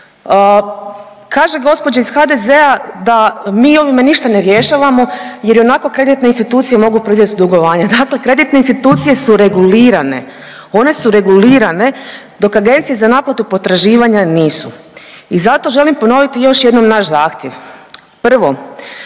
Kaže gospođa iz HDZ-a da mi ovime ništa ne rješavamo jer ionako kreditne institucije mogu proizvesti dugovanje. Dakle, kreditne institucije su regulirane, one su regulirane dok agencije za naplatu potraživanja nisu. I zato želim ponoviti još jednom naš zahtjev. Prvo,